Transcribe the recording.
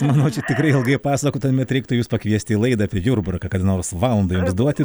manau čia tikrai ilgai pasakotumėt reiktų jus pakviesti į laidą apie jurbarką kad nors valandą jums duoti